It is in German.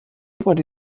wurde